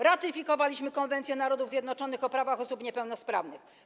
Ratyfikowaliśmy konwencję Narodów Zjednoczonych o prawach osób niepełnosprawnych.